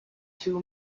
two